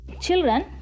Children